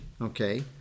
okay